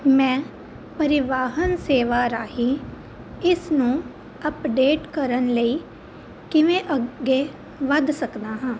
ਮੈਂ ਪਰੀਵਾਹਨ ਸੇਵਾ ਰਾਹੀਂ ਇਸ ਨੂੰ ਅਪਡੇਟ ਕਰਨ ਲਈ ਕਿਵੇਂ ਅੱਗੇ ਵੱਧ ਸਕਦਾ ਹਾਂ